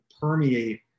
permeate